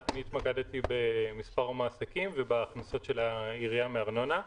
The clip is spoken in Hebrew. אני התמקדתי במספר המעסיקים ובהכנסות העיריה מארנונה.